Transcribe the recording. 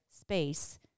space